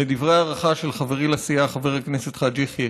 לדברי ההערכה של חברי לסיעה, חבר הכנסת חאג' יחיא.